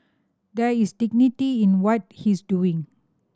there is dignity in what he's doing